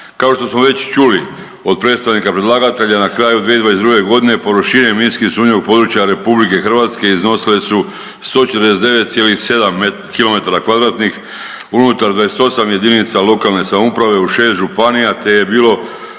Kao što smo već čuli od predstavnika predlagatelja, na kraju 2022. g. površine minski sumnjivog područja iznosile su 149,7 km2 unutar 28 jedinice lokalne samouprave u 6 županija te je bilo